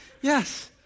Yes